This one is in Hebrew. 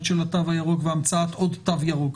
של התו הירוק והמצאת עוד תו ירוק,